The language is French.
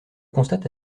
constate